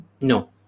no